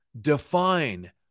Define